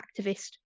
activist